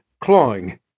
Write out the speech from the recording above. clawing